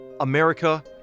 America